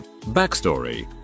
Backstory